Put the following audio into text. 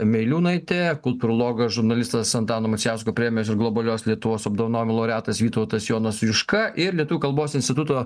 meiliūnaitė kultūrologas žurnalistas antano macijausko premijos ir globalios lietuvos apdovanojimų laureatas vytautas jonas juška ir lietuvių kalbos instituto